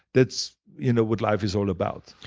that's you know what life is all about.